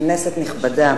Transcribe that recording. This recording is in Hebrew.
כנסת נכבדה,